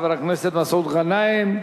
חבר הכנסת מסעוד גנאים,